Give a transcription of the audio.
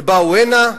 ובאו הנה,